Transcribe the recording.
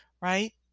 right